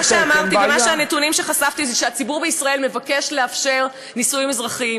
הנתונים שחשפתי הם שהציבור בישראל מבקש לאפשר נישואין אזרחיים,